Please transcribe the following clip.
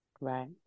Right